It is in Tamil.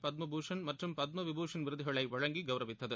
பத்மபூஷன் மற்றும் பத்ம விபூஷன் விருதுகளை வழங்கி கௌரவித்தது